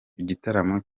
igitaramo